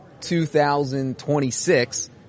2026